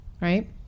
right